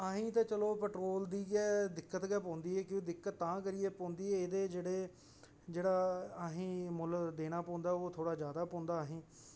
असें ई ते चलो पेट्रोल दी गै दिक्कत पौंदी ऐ क्योंकि दिक्कत तां करियै पौंदी ऐ एहदे जेहड़े जेहड़ा असें गी मुल्ल देना पौंदा ओह् थोहड़ा ज्यादा पौंदा असेंगी